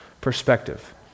perspective